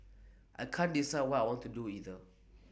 I can't decide what I want to do either